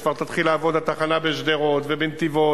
שכאשר כבר תתחיל לעבוד הרכבת בשדרות ובנתיבות,